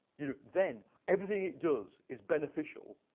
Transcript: you know then everything it does is beneficial.